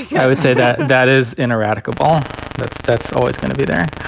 yeah i would say that that is interactive goalball that's that's always gonna be there